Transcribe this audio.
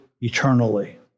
eternally